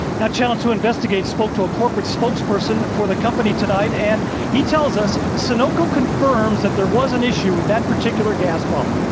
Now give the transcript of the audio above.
channel two investigates spoke to a corporate spokesperson for the company tonight and he tells us sonoco confirms that there was an issue with that particular gas pump.